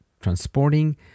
transporting